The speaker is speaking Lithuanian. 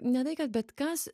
ne tai kad bet kas